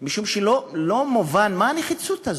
משום שלא מובן מה הנחיצות הזו.